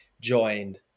joined